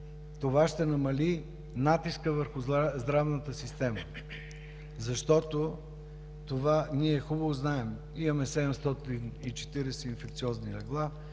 това ще намали натиска върху здравната система, защото ние хубаво знаем – имаме 740 инфекциозни легла,